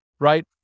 Right